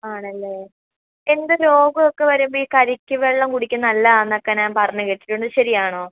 ആണല്ലേ എന്ത് രോഗമൊക്കെ വരുമ്പോൾ ഈ കരിക്ക് വെള്ളം കുടിക്കുന്നത് നല്ലതാണെന്നൊക്കെ ഞാൻ പറഞ്ഞ് കേട്ടിട്ടുണ്ട് ശരിയാണോ